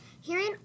Hearing